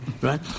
Right